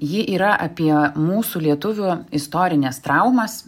ji yra apie mūsų lietuvių istorines traumas